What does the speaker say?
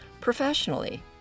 professionally